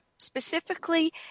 specifically